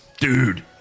dude